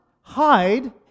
hide